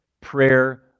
prayer